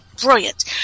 Brilliant